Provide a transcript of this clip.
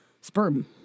sperm